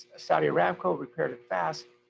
saudi aramco repaired it fast,